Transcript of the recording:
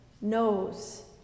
knows